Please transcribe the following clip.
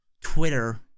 Twitter